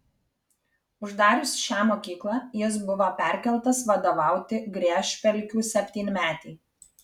uždarius šią mokyklą jis buvo perkeltas vadovauti griežpelkių septynmetei